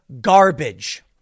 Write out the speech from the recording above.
garbage